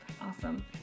awesome